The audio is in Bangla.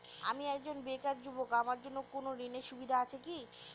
আমি একজন বেকার যুবক আমার জন্য কোন ঋণের সুবিধা আছে কি?